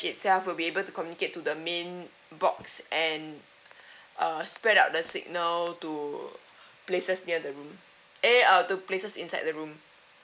itself will be able to communicate to the main box and uh spread out the signal to places near the room eh uh to places inside the room